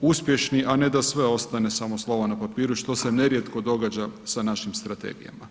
uspješni, a ne da sve ostane samo slovo na papiru što se nerijetko događa sa našim strategijama.